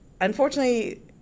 Unfortunately